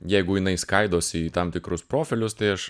jeigu jinai skaidosi į tam tikrus profilius tai aš